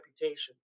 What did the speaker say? reputation